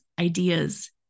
ideas